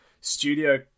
studio